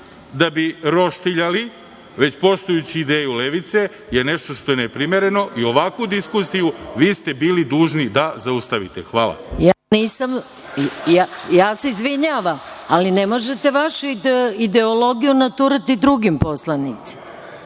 da bi roštiljali, već poštujući ideju levice, je nešto što je neprimereno i ovakvu diskusiju ste bili dužni da zaustavite. Hvala. **Maja Gojković** Izvinjavam se, ali ne možete vašu ideologiju naturati drugim poslanicima.